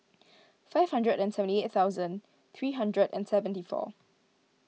five hundred and seventy eight thousand three hundred and seventy four